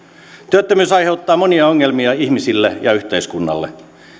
työttömyys aiheuttaa monia ongelmia ihmisille ja yhteiskunnalle